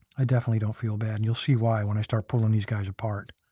i definitely don't feel bad. you'll see why when i start pulling these guys apart.